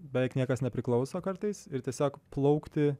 beveik niekas nepriklauso kartais ir tiesiog plaukti